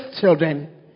children